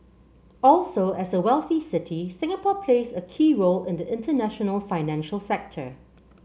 also as a wealthy city Singapore plays a key role in the international financial sector